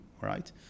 right